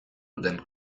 duten